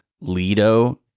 Lido